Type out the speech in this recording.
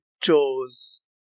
chose